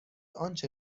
آنچه